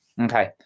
Okay